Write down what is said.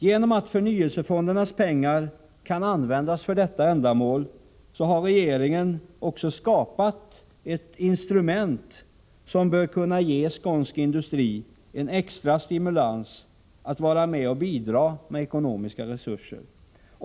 Genom att medel från förnyelsefonderna kan användas för detta ändamål har regeringen skapat ett instrument som bör kunna ge skånsk industri en extra stimulans att vara med och bidra med ekonomiska resurser.